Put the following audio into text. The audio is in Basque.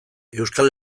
euskal